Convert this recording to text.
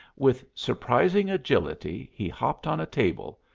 with surprising agility he hopped on a table,